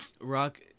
Rock